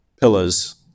pillars